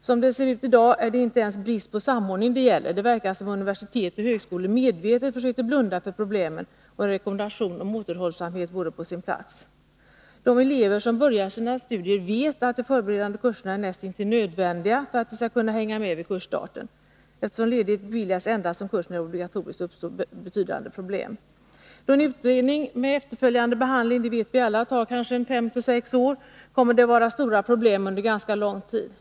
Som det ser ut i dag är det inte ens brist på samordning det gäller — det verkar som om universitet och högskolor medvetet försöker blunda för problemen. En rekommendation om återhållsamhet vore därför på sin plats. De elever som skall börja sina studier vet att de förberedande kurserna är näst intill nödvändiga för att de skall kunna hänga med vid kursstarten. Eftersom ledighet beviljas endast om kursen är obligatorisk uppstår betydande problem. Då en utredning med efterföljande behandling tar kanske fem å sex år kommer det att vara stora problem under ganska lång tid.